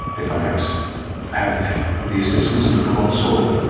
if i might have the assistance of the cobalt soul,